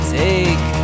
take